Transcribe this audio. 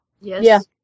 Yes